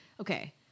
okay